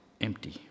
empty